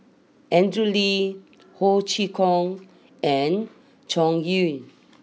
Andrew Lee Ho Chee Kong and Zhu Yu